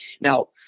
now